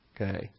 Okay